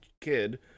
kid